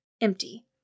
empty